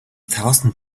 thousand